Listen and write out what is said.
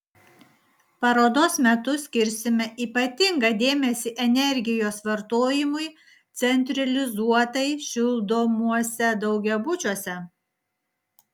parodos metu skirsime ypatingą dėmesį energijos vartojimui centralizuotai šildomuose daugiabučiuose